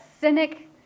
cynic